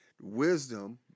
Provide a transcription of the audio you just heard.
Wisdom